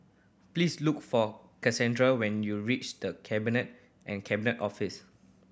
please look for Casandra when you reach The Cabinet and Cabinet Office